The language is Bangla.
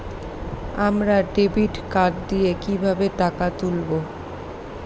আমরা ডেবিট কার্ড দিয়ে কিভাবে টাকা তুলবো?